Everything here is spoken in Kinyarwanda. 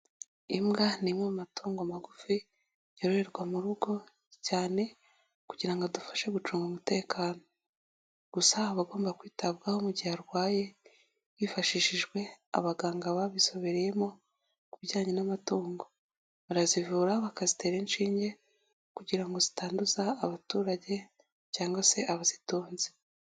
Imbwa ni imwe mu matungo magufi yoroherwa mu rugo cyane kugira ngo adufashe gucunga umutekano, gusa aba agomba kwitabwaho mu gihe arwaye hifashishijwe abaganga babizobereyemo ku bijyanye n'amatungo, barazivura bakazitera inshinge kugira ngo zitanduza abaturage cyangwa se abazitunze.